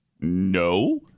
No